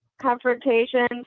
confrontations